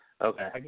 Okay